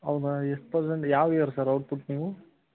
ಹೌದಾ ಎಷ್ಟು ಪರ್ಸೆಂಟ್ ಯಾವ ಯಿಯರ್ ಸರ್ ಔಟ್ಪುಟ್ ನೀವು